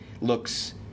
looks